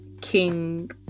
King